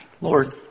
Lord